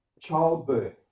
childbirth